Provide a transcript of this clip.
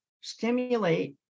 stimulate